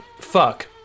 fuck